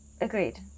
agreed